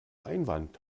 einwand